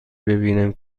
ببینم